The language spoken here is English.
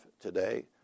today